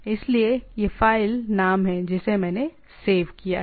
इसलिए यह फ़ाइल नाम है जिसे मैंने सेव किया है